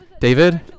David